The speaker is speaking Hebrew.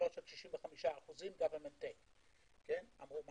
63% עד 65%. אמרתי גם